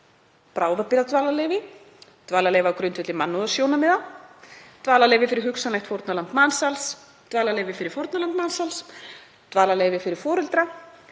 bráðabirgðadvalarleyfi, dvalarleyfi á grundvelli mannúðarsjónarmiða, dvalarleyfi fyrir hugsanlegt fórnarlamb mansals, dvalarleyfi fyrir fórnarlamb mansals, dvalarleyfi fyrir foreldra,